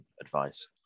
advice